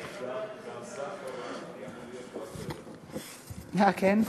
אבל יכול להיות פה, כן?